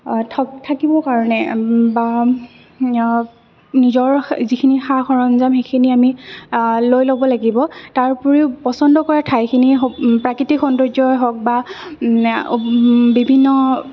থাকিবৰ কাৰণে বা নিজৰ যিখিনি সা সৰঞ্জাম সেইখিনি আমি লৈ ল'ব লাগিব তাৰ উপৰিও পচন্দ কৰা ঠাইখিনিও প্ৰাকৃতিক সৌন্দৰ্যৰে হওক বা বিভিন্ন